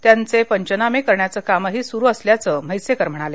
त्यांचे पंचनामे करण्याचं कामही सुरू असल्याचं म्हैसेकर म्हणाले